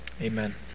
Amen